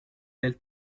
del